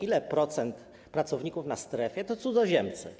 Ile procent pracowników w strefie to cudzoziemcy?